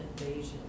invasion